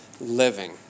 living